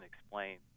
explain